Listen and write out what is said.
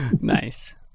Nice